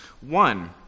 One